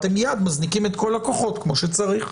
אתה מייד מזניקים את כל הכוחות כמו שצריך.